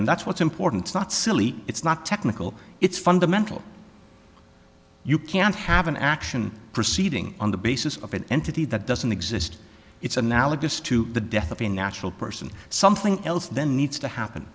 and that's what's important is not silly it's not technical it's fundamental you can't have an action proceeding on the basis of an entity that doesn't exist it's analogous to the death of a natural person something else then needs to happen